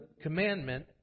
commandment